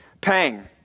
Pang